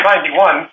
91